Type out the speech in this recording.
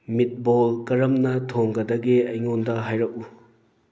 meatball ꯀꯔꯝꯅ ꯊꯣꯡꯒꯗꯒꯦ ꯑꯩꯉꯣꯟꯗ ꯍꯥꯏꯔꯛꯎ